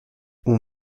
اون